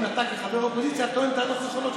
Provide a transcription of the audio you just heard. אתה כחבר אופוזיציה טוען טענות נכונות,